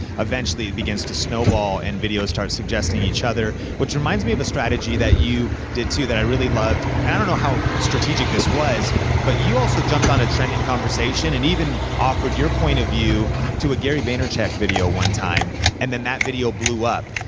eventually it begins to snowball and videos start suggesting each other. which reminds me of a strategy that you did too that i really loved and i don't know how strategic this was but you also jumped on a trending conversation and even offered your point of view to a gary vaynerchuk video one time and then that video blew up.